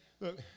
Look